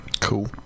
Cool